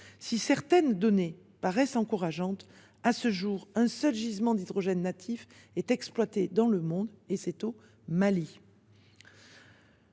Si certaines données semblent encourageantes, à ce jour, un seul gisement d’hydrogène natif est exploité dans le monde, et il se trouve au Mali.